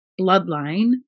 bloodline